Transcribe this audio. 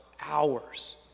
hours